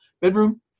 bedroom